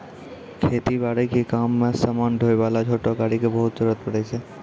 खेती बारी के कामों मॅ समान ढोय वाला छोटो गाड़ी के बहुत जरूरत पड़ै छै